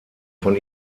von